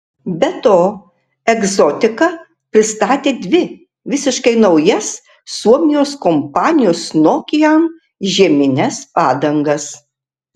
be to egzotika pristatė dvi visiškai naujas suomijos kompanijos nokian žiemines padangas